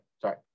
sorry